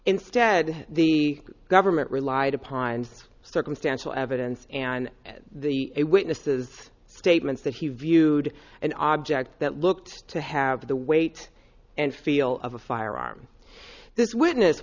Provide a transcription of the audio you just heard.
instead the government relied upon and circumstantial evidence and the witnesses statements that he viewed an object that looked to have the weight and feel of a firearm this witness